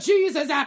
Jesus